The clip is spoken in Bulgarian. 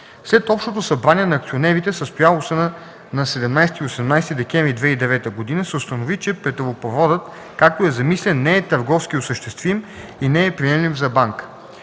След Общото събрание на акционерите, състояло се на 17 и 18 декември 2009 г., се установи, че петролопроводът, както е замислен, не е търговски осъществим и не е приемлив за банка.